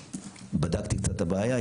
בדקתי קצת את הבעיה,